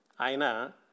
aina